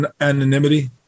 anonymity